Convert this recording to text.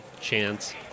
chance